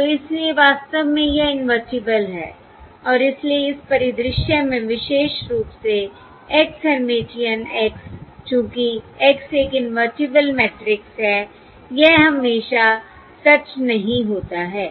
तो इसलिए वास्तव में यह इनवर्टिबल है और इसलिए इस परिदृश्य में विशेष रूप से X हेर्मिटियन X चूंकि X एक इन्वर्टिबल मैट्रिक्स है यह हमेशा सच नहीं होता है